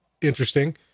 interesting